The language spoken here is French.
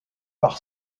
par